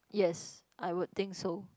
yes I would think so